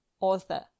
author